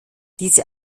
diese